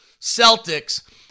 Celtics